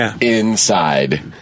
inside